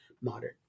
modern